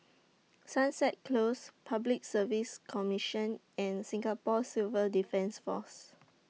Sunset Close Public Service Commission and Singapore Civil Defence Force